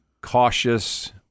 cautious